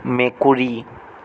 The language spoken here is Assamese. মেকুৰী